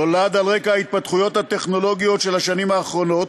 נולד על רקע ההתפתחויות הטכנולוגיות של השנים האחרונות.